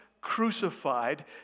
crucified